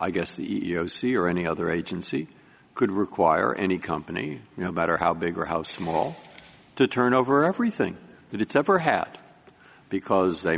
i guess the e e o c or any other agency could require any company no matter how big or how small to turn over everything that it's ever had because they